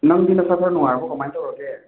ꯅꯪꯗꯤ ꯅꯁꯥ ꯈꯔ ꯅꯨꯡꯉꯥꯏꯔꯕꯣ ꯀꯃꯥꯏꯅ ꯇꯧꯔꯒꯦ